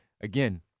Again